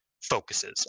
focuses